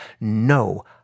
no